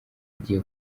agiye